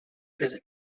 their